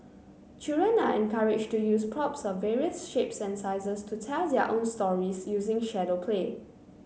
children are encouraged to use props of various shapes and sizes to tell their own stories using shadow play